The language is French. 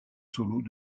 solos